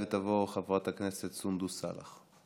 תעלה ותבוא חברת הכנסת סונדוס סאלח.